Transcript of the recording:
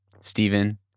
Stephen